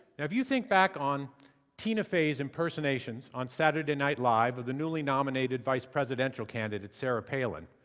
if you think back on tina fey's impersonations on saturday night live of the newly nominated vice presidential candidate sarah palin,